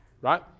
right